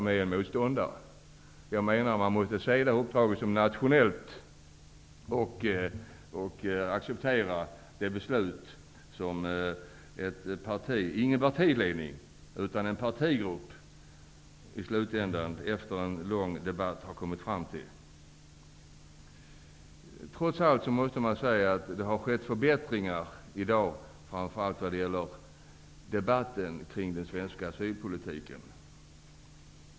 Vi måste se uppdraget som nationellt och acceptera de beslut som en partigrupp, inte en partiledning, har kommit fram till efter en lång debatt. Det har trots allt skett förbättringar, framför allt när det gäller den svenska asylpolitiken.